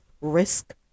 risk